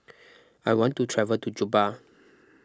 I want to travel to Juba